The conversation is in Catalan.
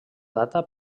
data